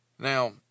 Now